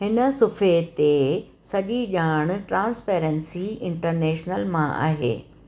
हिन सुफ़े ते सॼी ॼाण ट्रांसपेरेंसी इंटरनेशनल मां आहे